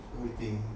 let me think